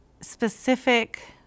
specific